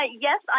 Yes